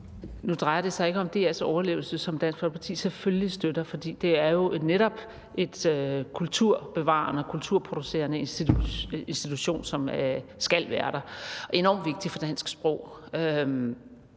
Nu drejer det sig ikke om DR's overlevelse, som Dansk Folkeparti selvfølgelig støtter, for det er jo netop en kulturbevarende og kulturproducerende institution, som skal være der. Den er enormt vigtig for dansk sprog.